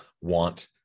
want